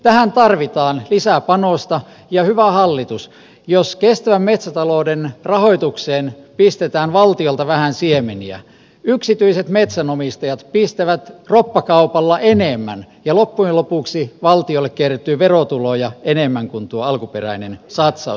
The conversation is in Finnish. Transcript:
tähän tarvitaan lisäpanosta ja hyvä hallitus jos kestävän metsätalouden rahoitukseen pistetään valtiolta vähän siemeniä yksityiset metsänomistajat pistävät roppakaupalla enemmän ja loppujen lopuksi valtiolle kertyy verotuloja enemmän kuin tuo alkuperäinen satsaus